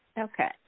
Okay